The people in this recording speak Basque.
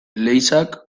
leizeak